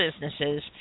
businesses